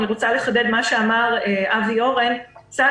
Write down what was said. אני רוצה לחדד את מה שאמר אבי אורן סל